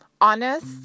honest